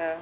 uh